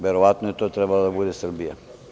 Verovatno je to trebala da bude Srbija.